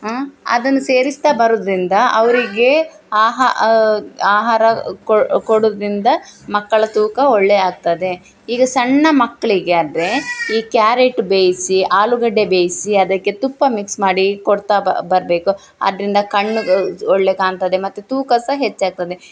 ಹ್ಞೂಂ ಅದನ್ನು ಸೇರಿಸ್ತಾ ಬರೋದ್ರಿಂದ ಅವರಿಗೆ ಆಹಾ ಆಹಾರ ಕೊಡೋದ್ರಿಂದ ಮಕ್ಕಳ ತೂಕ ಒಳ್ಳೆ ಆಗ್ತದೆ ಈಗ ಸಣ್ಣ ಮಕ್ಕಳಿಗೆ ಆದರೆ ಈ ಕ್ಯಾರೆಟ್ ಬೇಯಿಸಿ ಆಲುಗೆಡ್ಡೆ ಬೇಯಿಸಿ ಅದಕ್ಕೆ ತುಪ್ಪ ಮಿಕ್ಸ್ ಮಾಡಿ ಕೊಡ್ತಾ ಬರಬೇಕು ಅದರಿಂದ ಕಣ್ಣು ಒಳ್ಳೆ ಕಾಣ್ತದೆ ಮತ್ತೆ ತೂಕ ಸಹ ಹೆಚ್ಚಾಗ್ತದೆ